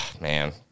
man